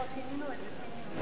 לא, שינינו את זה, שינינו.